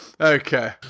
okay